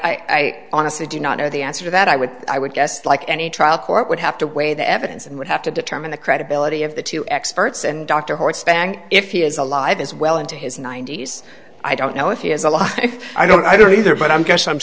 i honestly do not know the answer to that i would i would guess like any trial court would have to weigh the evidence and would have to determine the credibility of the two experts and dr horn spang if he is alive as well into his ninety's i don't know if he has a lot i don't i don't either but i'm guess i'm